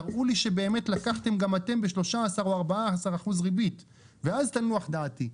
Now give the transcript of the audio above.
תראו לי שבאמת לקחתם גם אתם ב-13 או 14 אחוז ריבית ואז תנוח דעתי.